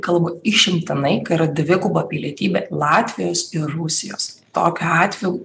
kalba išimtinai kai yra dviguba pilietybė latvijos ir rusijos tokiu atveju